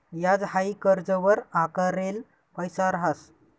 याज हाई कर्जवर आकारेल पैसा रहास